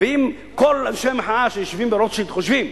ואם כל אנשי המחאה שיושבים ברוטשילד חושבים